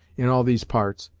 in all these parts,